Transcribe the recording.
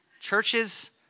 churches